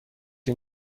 این